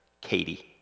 Katie